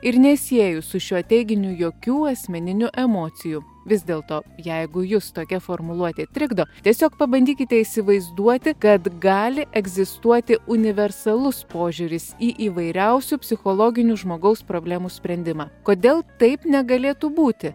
ir nesieju su šiuo teiginiu jokių asmeninių emocijų vis dėlto jeigu jus tokia formuluotė trikdo tiesiog pabandykite įsivaizduoti kad gali egzistuoti universalus požiūris į įvairiausių psichologinių žmogaus problemų sprendimą kodėl taip negalėtų būti